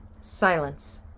silence